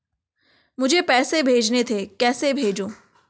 मुझे पैसे भेजने थे कैसे भेजूँ?